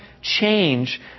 change